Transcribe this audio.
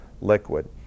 liquid